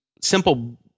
simple